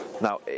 Now